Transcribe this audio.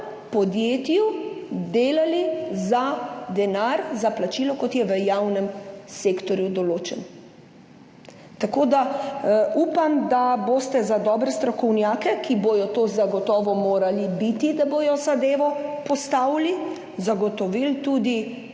podjetju delali za denar, za plačilo kot je v javnem sektorju določen. Tako da, upam, da boste za dobre strokovnjake, ki bodo to zagotovo morali biti, da bodo zadevo postavili, zagotovili tudi